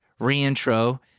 reintro